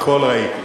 הכול ראיתי.